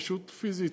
פשוט פיזית,